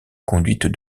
conduite